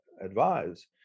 advise